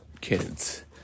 kids